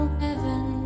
heaven